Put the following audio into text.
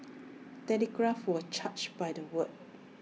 telegrams were charged by the word